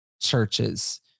churches